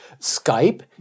Skype